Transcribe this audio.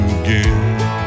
again